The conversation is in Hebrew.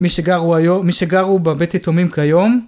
מי שגרו היום, מי שגרו בבית יתומים כיום.